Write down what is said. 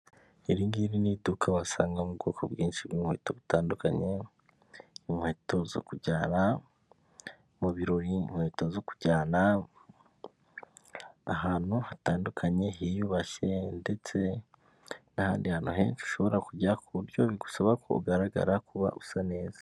Iringiri ni iduka wasangamo ubwoko bwinshi bw'inkweto butandukanye, inkweto zo kujyana mu birori, inkweto zo kujyana ahantu hatandukanye hiyubashye ndetse n'ahandi hantu henshi ushobora kujya ku buryo bigusaba ko ugaragara kuba usa neza.